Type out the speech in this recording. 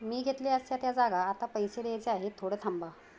मी घेतले असत्या त्या जागा आता पैसे द्यायचे आहेत थोडं थांबा